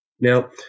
now